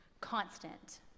constant